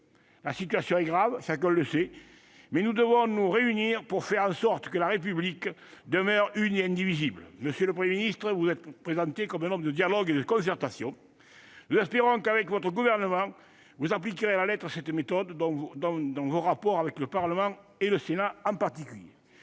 La situation est grave, chacun le sait, mais nous devons nous réunir pour faire en sorte que la République demeure une et indivisible ! Monsieur le Premier ministre, vous vous êtes présenté comme un homme de dialogue et de concertation. Nous espérons que, avec votre gouvernement, vous appliquerez à la lettre cette méthode dans vos rapports avec le Parlement, en particulier